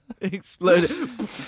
Exploded